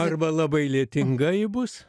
arba labai lietinga ji bus